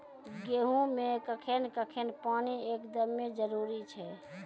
गेहूँ मे कखेन कखेन पानी एकदमें जरुरी छैय?